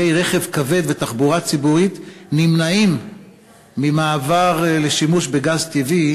רכב כבד ותחבורה ציבורית נמנעים ממעבר לשימוש בגז טבעי,